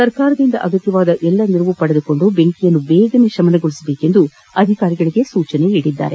ಸರ್ಕಾರದಿಂದ ಅಗತ್ಯವಾದ ಎಲ್ಲಾ ನೆರವು ಪಡೆದುಕೊಂಡು ಬೆಂಕಿಯನ್ನು ಬೇಗ ಶಮನಗೊಳಿಸುವಂತೆ ಅಧಿಕಾರಿಗಳಗೆ ಸೂಚಿಸಿದ್ದಾರೆ